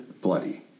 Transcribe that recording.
bloody